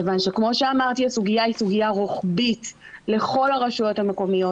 כיוון שהסוגיה היא רוחבית לכל הרשויות המקומיות.